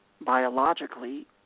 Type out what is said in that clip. biologically